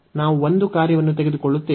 ನಾವು 1 ಕಾರ್ಯವನ್ನು ತೆಗೆದುಕೊಳ್ಳುತ್ತೇವೆ